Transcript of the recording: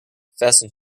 fasten